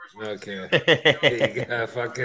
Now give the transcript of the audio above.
Okay